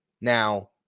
Now